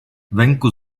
venku